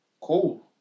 Cool